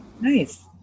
Nice